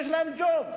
יש להם ג'וב.